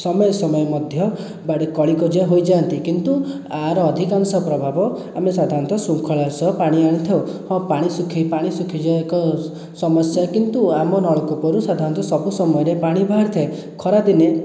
ସମୟ ସମୟ ମଧ୍ୟ ବାଡ଼ି କଳି କଜିଆ ହୋଇଯାଆନ୍ତି କିନ୍ତୁ ୟାର ଅଧିକାଂଶ ପ୍ରଭାବ ଆମେ ସାଧାରଣତଃ ଶୃଙ୍ଖଳାର ସହ ପାଣି ଆଣିଥାଉ ଓ ପାଣି ଶୁଖି ପାଣି ଶୁଖିଯିବା ଏକ ସମସ୍ୟା କିନ୍ତୁ ଆମ ନଳକୂପରୁ ସାଧାରଣତଃ ସବୁ ସମୟରେ ପାଣି ବାହାରି ଥାଏ ଖରାଦିନେ